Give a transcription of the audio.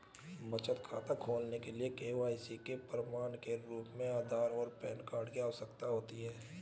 बचत खाता खोलने के लिए के.वाई.सी के प्रमाण के रूप में आधार और पैन कार्ड की आवश्यकता होती है